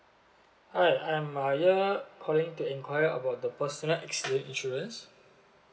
hi I'm uh here calling to enquire about the personal accident insurance